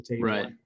right